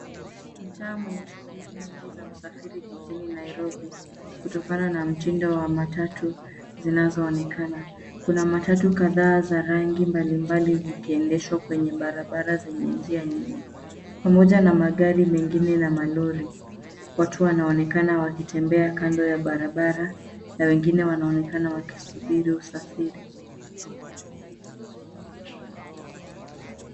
Mtaa wenye shughuli nyingi za usafiri jijini Nairobi, kutokana na mtindo wa matatu zinazoonekana. Kuna matatu kadhaa za rangi mbalimbali zikiendeshwa kwenye barabara zenye njia nyingi, pamoja na magari mengine na malori. Watu wanaonekana wakitembea kando barabara na wengine wanaonekana wakisubiri usafiri.